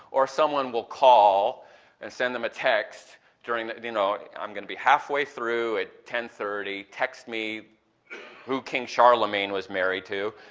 or someone will call and send them a text during you know, i'm going to be halfway through at ten thirty, text me who king charlemagne was married to,